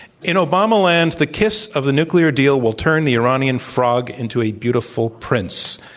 in obama land, the kiss of the nuclear deal will turn the iranian frog into a beautiful prince,